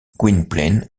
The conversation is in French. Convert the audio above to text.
gwynplaine